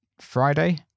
Friday